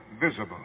visible